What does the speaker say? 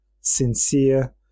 sincere